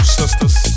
sisters